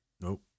Nope